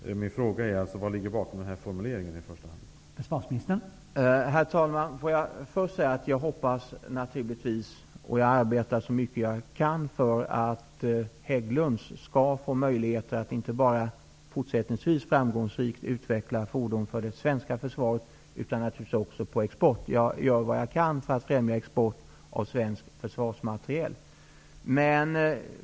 Men min fråga är alltså vad som ligger bakom den formulering i budgetpropositionen som jag refererat till.